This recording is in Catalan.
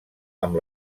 amb